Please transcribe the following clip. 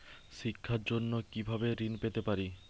শিক্ষার জন্য কি ভাবে ঋণ পেতে পারি?